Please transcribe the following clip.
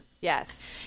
Yes